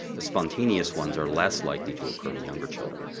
the spontaneous ones are less likely to occur in younger children.